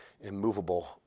immovable